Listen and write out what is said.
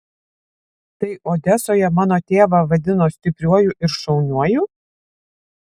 tai odesoje mano tėvą vadino stipriuoju ir šauniuoju